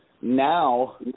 Now